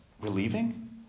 relieving